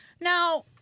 Now